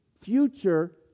future